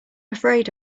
afraid